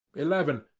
eleven.